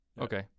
okay